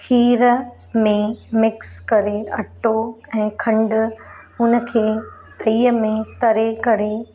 खीर में मिक्स करे अटो ऐं खंडु हुन खे तईअ में तरे करे